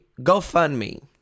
GoFundMe